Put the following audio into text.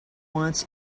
wants